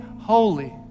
holy